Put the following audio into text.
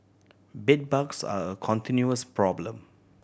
bedbugs are a continuous problem